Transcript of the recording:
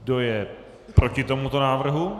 Kdo je proti tomuto návrhu?